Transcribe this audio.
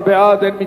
2009 מי בעד?